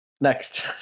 next